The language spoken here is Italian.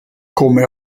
come